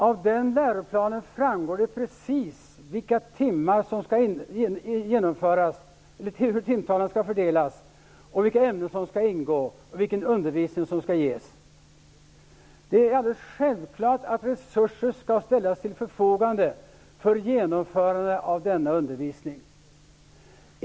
Av den läroplanen framgår precis hur timtalen skall fördelas, vilka ämnen som skall ingå och vilken undervisning som skall ges. Det är alldeles självklart att resurser skall ställas till förfogande för genomförande av denna undervisning.